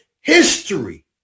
history